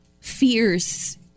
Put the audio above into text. fierce